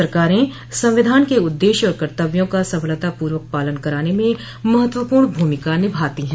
सरकारें संविधान के उददेश्य और कर्तव्यों का सफलतापूर्वक पालन कराने में महत्वपूर्ण भूमिका निभती है